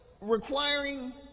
Requiring